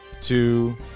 two